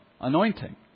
anointing